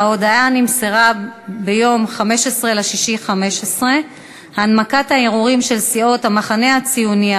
ההודעה נמסרה ב-15 ביוני 2015. הנמקת הערעורים של סיעות המחנה הציוני,